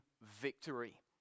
victory